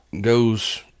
goes